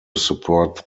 support